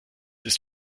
ist